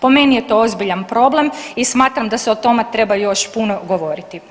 Po meni je to ozbiljan problem i smatram da se o tome treba još puno govoriti.